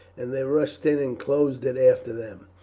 and they rushed in and closed it after them.